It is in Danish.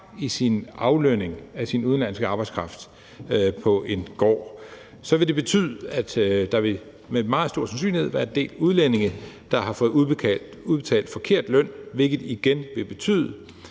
i sin aflønning af sin udenlandske arbejdskraft på en gård, vil det betyde, at der med meget stor sandsynlighed vil være en del udlændinge, der har fået udbetalt forkert løn, hvilket igen vil betyde,